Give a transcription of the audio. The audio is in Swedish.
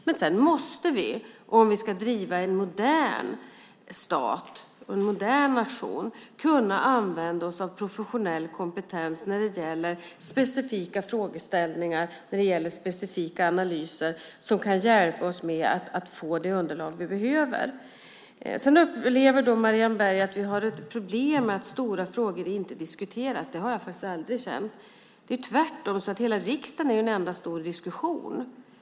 Men om vi ska driva en modern stat måste vi kunna använda oss av professionell kompetens när det gäller specifika frågeställningar och analyser för att få det underlag vi behöver. Marianne Berg upplever att det är ett problem att stora frågor inte diskuteras. Det har jag aldrig känt. Det är tvärtom så att hela riksdagen är en enda stor diskussion.